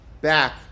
back